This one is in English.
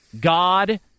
God